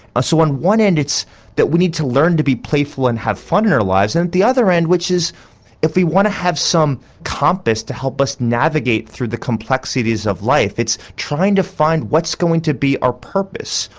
ah so on one end it's that we need to learn to be playful and have fun in our lives and the other end is if we want to have some compass to help us navigate through the complexities of life, it's trying to find what's going to be our purpose,